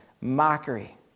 mockery